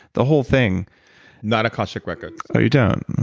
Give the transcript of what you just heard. the whole thing not akashic records you don't.